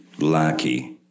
lackey